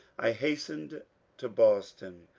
i has tened to boston,